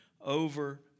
over